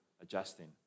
adjusting